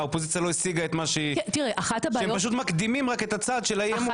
האופוזיציה לא השיגה את מה שהיא הם פשוט מקדימים רק את הצד של האי אמון.